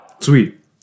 Sweet